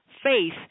Faith